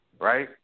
right